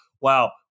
wow